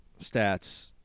stats